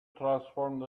transform